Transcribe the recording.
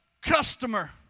customer